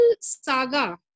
saga